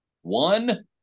one